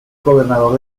gobernador